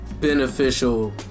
beneficial